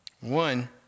One